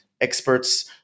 experts